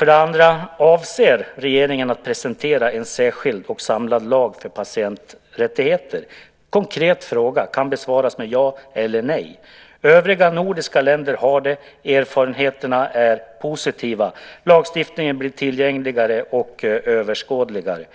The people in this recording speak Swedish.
vill jag fråga: Avser regeringen att presentera en särskild och samlad lag för patienträttigheter? Det är en konkret fråga som kan besvaras med ja eller nej. Övriga nordiska länder har det, och erfarenheterna är positiva. Lagstiftningen blir tillgängligare och överskådligare.